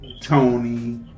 tony